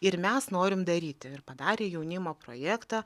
ir mes norim daryti ir padarė jaunimo projektą